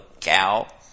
Cow